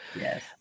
Yes